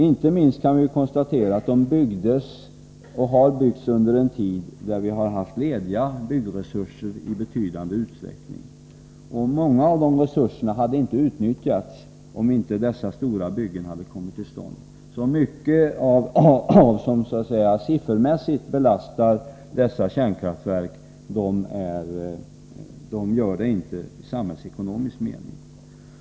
Inte minst kan vi konstatera att de byggdes under en tid då vi i betydande utsträckning hade lediga byggresurser. Många av de resurserna hade inte utnyttjats om inte dessa stora byggen kommit till stånd. Mycket av det som så att säga siffermässigt belastar dessa kärnkraftverk innebär ändå ingen belastning i samhällsekonomisk mening.